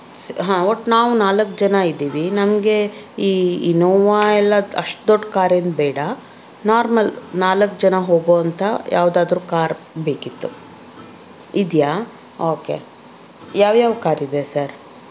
ಸ್ ಹಾಂ ಒಟ್ಟು ನಾವು ನಾಲ್ಕು ಜನ ಇದ್ದೀವಿ ನಮಗೆ ಈ ಇನೋವಾ ಎಲ್ಲ ಅಷ್ಟು ದೊಡ್ಡ ಕಾರೇನು ಬೇಡ ನಾರ್ಮಲ್ ನಾಲ್ಕು ಜನ ಹೋಗೋವಂಥ ಯಾವುದಾದ್ರು ಕಾರ್ ಬೇಕಿತ್ತು ಇದೆಯಾ ಓಕೆ ಯಾವ್ಯಾವ ಕಾರ್ ಇದೆ ಸರ್